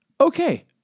Okay